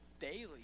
daily